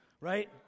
right